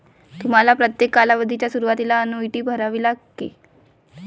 तुम्हाला प्रत्येक कालावधीच्या सुरुवातीला अन्नुईटी भरावी लागेल